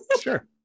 sure